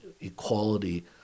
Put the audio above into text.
equality